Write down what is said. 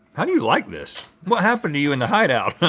how do you like this? what happened to you in the hideout?